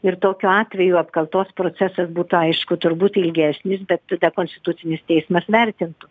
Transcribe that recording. ir tokiu atveju apkaltos procesas būtų aišku turbūt ilgesnis bet tada konstitucinis teismas vertintų